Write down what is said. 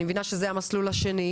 אני מבינה שזה המסלול השני,